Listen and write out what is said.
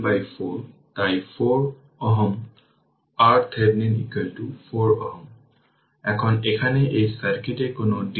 সুতরাং এটি আসলে ইউনিট যা হল l L i Leq iL10 iL20 অর্থাৎ 8 4 12 অ্যাম্পিয়ার আমরা উভয়ই যোগ করছি